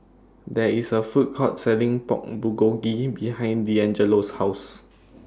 There IS A Food Court Selling Pork Bulgogi behind Deangelo's House